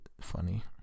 funny